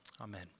amen